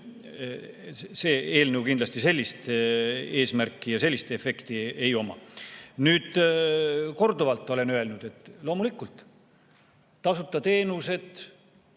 Sel eelnõul kindlasti sellist eesmärki ja sellist efekti ei ole. Korduvalt olen öelnud, et loomulikult, tasuta teenused,